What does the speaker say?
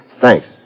Thanks